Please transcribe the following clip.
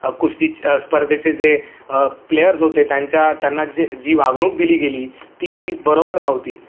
क कुस्ती स्पर्धेचे जे प्लेयर्स होते त्यांच्या त्यांना जे जी वागणूक दिली गेली ती बरोबर नव्हती